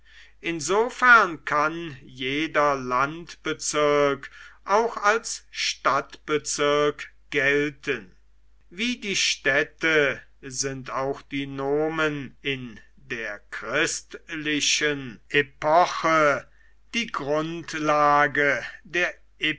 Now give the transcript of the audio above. insofern kann jeder landbezirk auch als stadtbezirk gelten wie die städte sind auch die nomen in der christlichen epoche die grundlage der